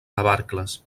navarcles